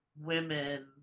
women